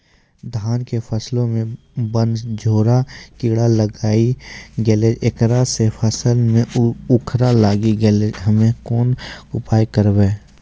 धान के फसलो मे बनझोरा कीड़ा लागी गैलै ऐकरा से फसल मे उखरा लागी गैलै हम्मे कोन उपाय करबै?